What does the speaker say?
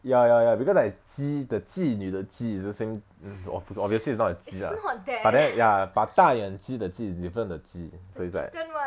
ya ya ya because like 鸡 the 妓女 the 妓 is the same obviousl~ obviously is not the 妓 ah but then ya but 大眼鸡 the 鸡 is different the 妓 so it's like